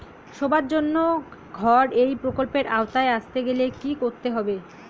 সবার জন্য ঘর এই প্রকল্পের আওতায় আসতে গেলে কি করতে হবে?